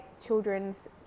children's